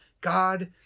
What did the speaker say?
God